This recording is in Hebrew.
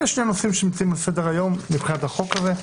אלה שני הנושאים שנמצאים על סדר-היום מבחינת החוק הזה.